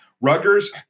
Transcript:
Rutgers